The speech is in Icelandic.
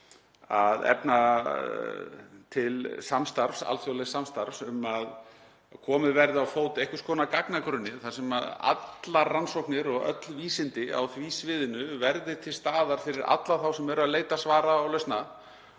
að efna til samstarfs, alþjóðlegs samstarfs um að komið verði á fót einhvers konar gagnagrunni þar sem allar rannsóknir og öll vísindi á því sviðinu verði til staðar fyrir alla þá sem eru að leita svara og lausna.